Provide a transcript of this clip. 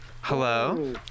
Hello